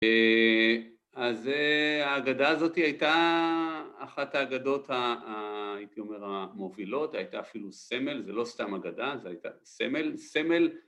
אז ההגדה הזאת הייתה אחת ההגדות, הייתי אומר, המובילות, הייתה אפילו סמל, זה לא סתם הגדה, זה הייתה סמל, סמל.